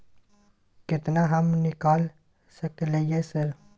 केतना हम निकाल सकलियै सर?